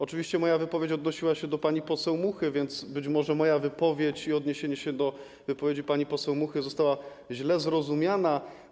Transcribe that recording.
Oczywiście moja wypowiedź odnosiła się do pani poseł Muchy, więc być może moja wypowiedź i odniesienie się do wypowiedzi pani poseł Muchy zostały źle zrozumiane.